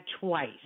twice